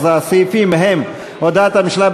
אז הסעיפים הם: הודעת הממשלה,